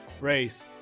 race